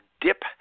dip